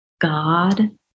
God